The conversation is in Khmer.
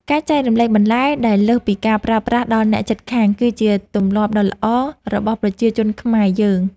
ការចែករំលែកបន្លែដែលលើសពីការប្រើប្រាស់ដល់អ្នកជិតខាងគឺជាទម្លាប់ដ៏ល្អរបស់ប្រជាជនខ្មែរយើង។